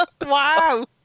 Wow